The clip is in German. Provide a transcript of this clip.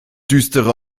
düstere